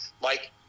Mike